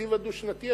בתקציב הדו-שנתי,